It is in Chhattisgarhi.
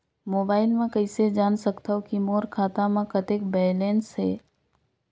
मोबाइल म कइसे जान सकथव कि मोर खाता म कतेक बैलेंस से?